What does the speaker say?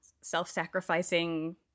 self-sacrificing